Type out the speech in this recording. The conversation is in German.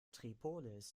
tripolis